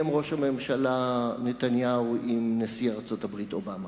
ראש הממשלה נתניהו עם נשיא ארצות-הברית אובמה.